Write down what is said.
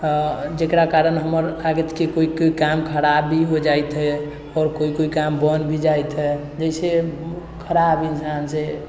जकरा कारण हमर कोइ कोइ काम खराब भी हो जाइत हइ आओर कोइ कोइ काम बनि भी जाइत हइ जइसे खराब इन्सानसँ